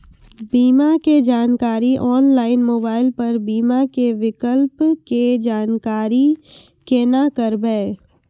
बीमा के जानकारी ऑनलाइन मोबाइल पर बीमा के विकल्प के जानकारी केना करभै?